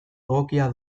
egokia